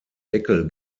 deckel